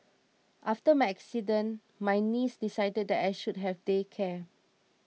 after my accident my niece decided that I should have day care